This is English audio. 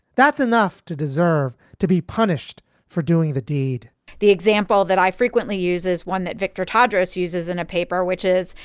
that's enough to deserve to be punished for doing the deed the example that i frequently use is one that victor tadesse uses in a paper, which is,